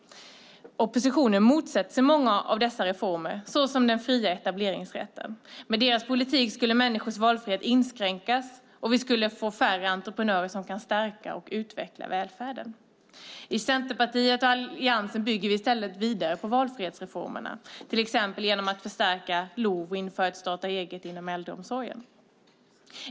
Oppositionen motsätter sig många av dessa reformer, såsom den fria etableringsrätten. Med deras politik skulle människors valfrihet inskränkas, och vi skulle få färre entreprenörer som kan stärka och utveckla välfärden. I Centerpartiet och Alliansen bygger vi i stället vidare på valfrihetsreformerna, till exempel genom att förstärka LOV och införa ett starta-eget-bidrag inom äldreomsorgen.